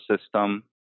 system